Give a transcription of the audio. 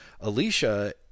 Alicia